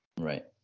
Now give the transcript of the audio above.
Right